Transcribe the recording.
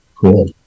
Cool